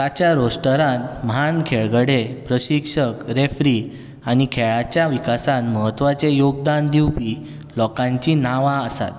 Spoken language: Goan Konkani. ताच्या रोस्टरांत म्हान खेळगडे प्रशिक्षक रेफ्री आनी खेळाच्या विकासांत म्हत्वाचें योगदान दिवपी लोकांचीं नांवां आसात